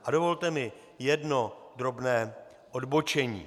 A dovolte mi jedno drobné odbočení.